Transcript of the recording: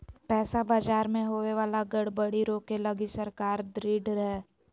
पैसा बाजार मे होवे वाला गड़बड़ी रोके लगी सरकार ढृढ़ हय